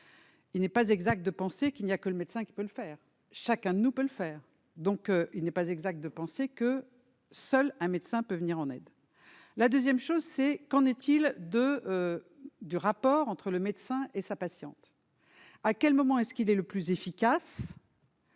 Il n'est pas exact de penser qu'il n'y a que le médecin qui peut le faire, chacun de nous peut le faire, donc il n'est pas exact de penser que seul un médecin peut venir en aide la 2ème chose c'est qu'en est-il de du rapport entre le médecin et sa patiente à quel moment est-ce qu'il est le plus efficace.